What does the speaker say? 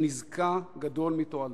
שנזקה גדול מתועלתה.